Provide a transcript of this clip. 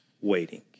waiting